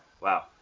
Wow